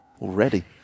already